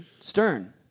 Stern